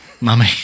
Mummy